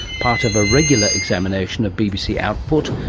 part of a regular examination of bbc output,